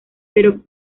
pero